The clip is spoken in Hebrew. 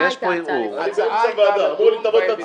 לא באנשים המדוברים.